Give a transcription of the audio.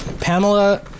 Pamela